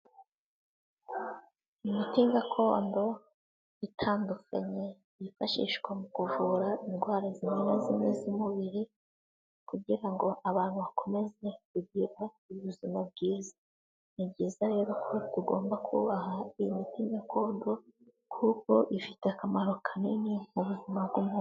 Imiti gakondo itandukanye yifashishwa mu kuvura indwara zimwe na zimwe z'umubiri kugira ngo abantu bakomeze kugira ubuzima bwiza, ni byiza rero ko tugomba kubaha imiti gakondo kuko ifite akamaro kanini mu buzima bw'umuntu.